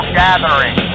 gathering